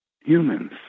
humans